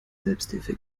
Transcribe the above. selbsthilfe